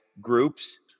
groups